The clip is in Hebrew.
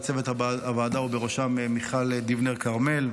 לצוות הוועדה ובראשו מיכל דיבנר כרמל,